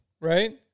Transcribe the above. right